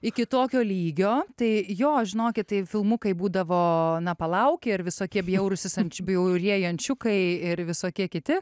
iki tokio lygio tai jo žinokit tai filmukai būdavo na palauk ir visokie bjaurusis ančiuk bjaurieji ančiukai ir visokie kiti